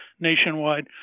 nationwide